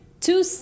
two